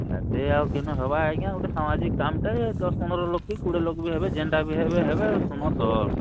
ହେତେ ଆଉ କେନ ହେବା ଆଜ୍ଞା ଗୁଟେ ସାମାଜିକ୍ କାମ୍ଟେ ଦଶ୍ ପନ୍ଦର୍ ଲୋକ୍ କି କୁଡ଼ିଏ ଲୋକ୍ ବି ହେବେ ଯେନ୍ଟା ବି ହେବେ ହେବେ ଶୁନତ